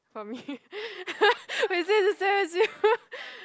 for me or is it the same as you